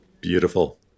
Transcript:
Beautiful